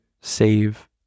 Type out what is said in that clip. save